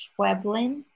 Schweblin